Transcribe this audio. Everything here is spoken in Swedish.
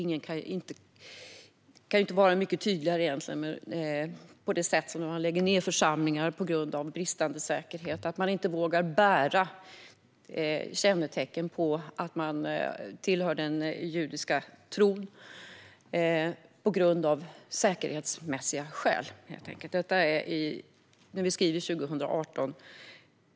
Det kan inte bli mycket tydligare - vi har en situation där man lägger ned församlingar på grund av bristande säkerhet och där man av säkerhetsskäl inte vågar bära kännetecken på att man tillhör den judiska tron. Det är fullkomligt oacceptabelt att detta sker när vi skriver 2018.